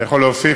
אני יכול להוסיף,